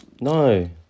No